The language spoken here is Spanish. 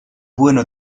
bueno